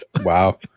Wow